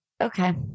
Okay